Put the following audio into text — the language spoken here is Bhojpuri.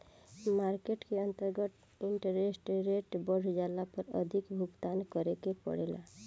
मार्केट के अंतर्गत इंटरेस्ट रेट बढ़ जाला पर अधिक भुगतान करे के पड़ेला